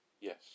Yes